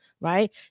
right